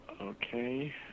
Okay